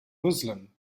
muslim